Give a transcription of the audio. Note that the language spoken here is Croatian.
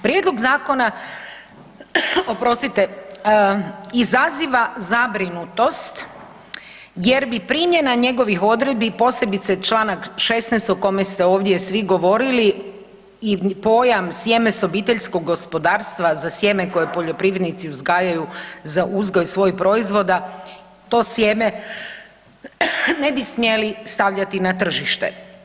Prijedlog zakona izaziva zabrinutost jer bi primjena njegovih odredbi posebice čl. 16.o kome ste ovdje svi govorili i pojam sjeme s obiteljskog gospodarstva za sjeme koje poljoprivrednici uzgajaju za uzgoj svojih proizvoda to sjeme ne bi smjeli stavljati na tržište.